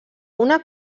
una